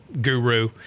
guru